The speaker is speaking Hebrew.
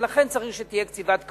ולכן צריך שתהיה קציבת כהונה.